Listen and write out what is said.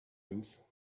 roof